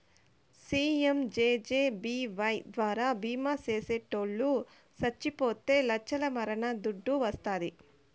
PMJJBY ద్వారా బీమా చేసిటోట్లు సచ్చిపోతే లచ్చల మరణ దుడ్డు వస్తాది